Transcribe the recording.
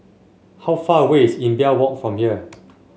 how far away is Imbiah Walk from here